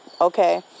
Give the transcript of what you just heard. Okay